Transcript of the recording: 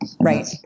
Right